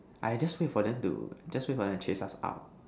I just wait for them to just wait for them to chase us out